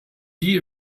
die